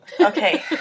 Okay